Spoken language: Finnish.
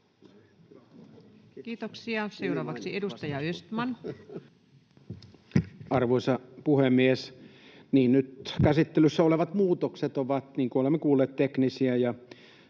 Kiitoksia. — Seuraavaksi edustaja Östman. Arvoisa puhemies! Niin, nyt käsittelyssä olevat muutokset ovat — niin kuin olemme kuulleet — teknisiä,